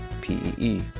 P-E-E